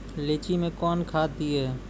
लीची मैं कौन खाद दिए?